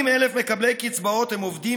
תוכנית עבודה בכמה שלבים: